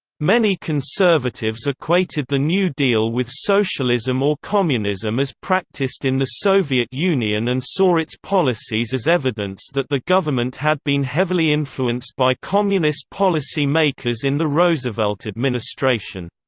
many conservatives equated the new deal with socialism or communism as practiced in the soviet union and saw its policies as evidence that the government had been heavily influenced by communist policy-makers in the roosevelt administration.